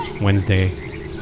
Wednesday